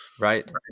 Right